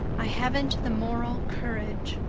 i haven't the moral courage.